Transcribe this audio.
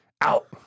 out